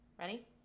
Ready